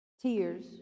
tears